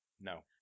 No